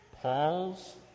Paul's